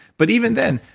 but even then,